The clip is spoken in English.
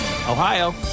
Ohio